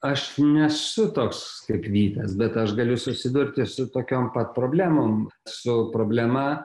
aš nesu toks kaip vytas bet aš galiu susidurti su tokiom pat problemom su problema